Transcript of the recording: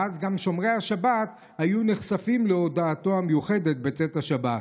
ואז גם שומרי השבת היו נחשפים להודעתו המיוחדת בצאת השבת.